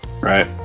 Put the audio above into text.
Right